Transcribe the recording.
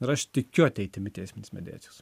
ir aš tikiu ateitimi teisminės mediacijos